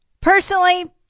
Personally